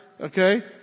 Okay